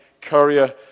courier